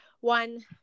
One